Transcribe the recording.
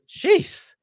jeez